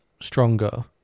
stronger